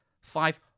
five